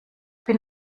bin